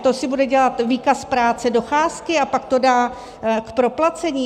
To si bude dělat výkaz práce, docházky, a pak to dá k proplacení?